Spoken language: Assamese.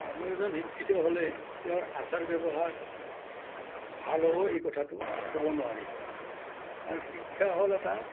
মানুহ এজন শিক্ষিত হ'লে তেওঁৰ আচাৰ ব্যৱহাৰ ভাল হ'ব এই কথাটো ক'ব নোৱাৰি কাৰণ শিক্ষা হ'ল এটা